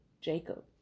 jacob